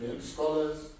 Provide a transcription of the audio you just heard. scholars